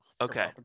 okay